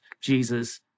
Jesus